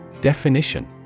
Definition